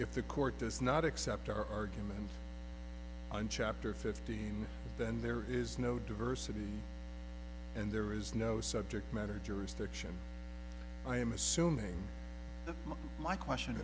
if the court does not accept our argument on chapter fifteen then there is no diversity and there is no subject matter jurisdiction i am assuming the my question